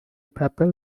papal